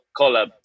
collab